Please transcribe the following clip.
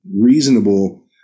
reasonable